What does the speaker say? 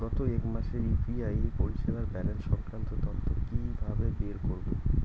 গত এক মাসের ইউ.পি.আই পরিষেবার ব্যালান্স সংক্রান্ত তথ্য কি কিভাবে বের করব?